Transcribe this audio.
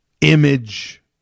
image